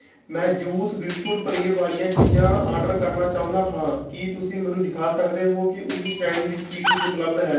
ਮੈਂ juice biscuit paneer ਵਾਲੀਆਂ ਚੀਜ਼ਾਂ ਆਰਡਰ ਕਰਨਾ ਚਾਹੁੰਦਾ ਹਾਂ ਕੀ ਤੁਸੀਂ ਮੈਨੂੰ ਦਿਖਾ ਸਕਦੇ ਹੋ ਕਿ ਉਸ ਸ਼੍ਰੇਣੀ ਵਿੱਚ ਕੀ ਕੁਝ ਉਪਲਬਧ ਹੈ